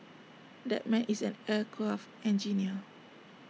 that man is an aircraft engineer